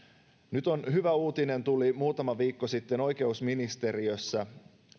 nyt tuli hyvä uutinen muutama viikko sitten oikeusministeriöstä